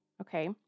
okay